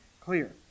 clear